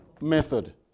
method